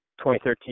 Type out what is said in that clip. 2013